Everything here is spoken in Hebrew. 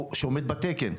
אז בכדי לפתוח את הדיון שנית,